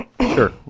Sure